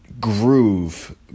groove